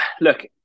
look